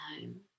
home